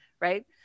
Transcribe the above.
right